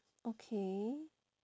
okay